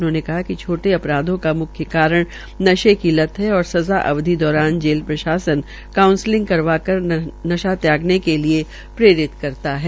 उन्होंने कहा कि छोटे अ राधों का मुख्य कारण नशे की लत है और सज़ा अवधि दौरान जेल प्रशासन कांउसलिंग करवाकर इन्हे नशा त्यागने को प्रेरित भी करता है